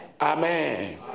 Amen